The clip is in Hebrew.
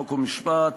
חוק ומשפט,